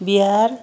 Bihar